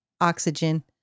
oxygen